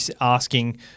asking